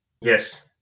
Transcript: Yes